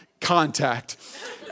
contact